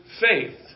faith